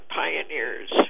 pioneers